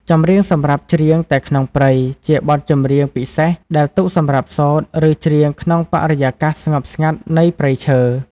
ចម្រៀងសម្រាប់ច្រៀងតែក្នុងព្រៃ ជាបទចម្រៀងពិសេសដែលទុកសម្រាប់សូត្រ ឬច្រៀងក្នុងបរិយាកាសស្ងប់ស្ងាត់នៃព្រៃឈើ។